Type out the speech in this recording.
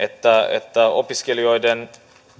että opiskelijoiden